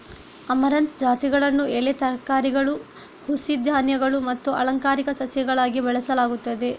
amaranth ಜಾತಿಗಳನ್ನು ಎಲೆ ತರಕಾರಿಗಳು, ಹುಸಿ ಧಾನ್ಯಗಳು ಮತ್ತು ಅಲಂಕಾರಿಕ ಸಸ್ಯಗಳಾಗಿ ಬೆಳೆಸಲಾಗುತ್ತದೆ